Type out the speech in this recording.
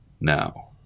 now